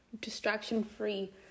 Distraction-free